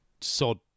sod